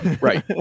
right